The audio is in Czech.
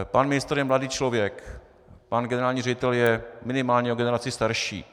Pan ministr je mladý člověk, pan generální ředitel je minimálně o generaci starší.